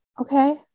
okay